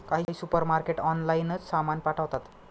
काही सुपरमार्केट ऑनलाइनच सामान पाठवतात